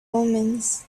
omens